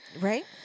Right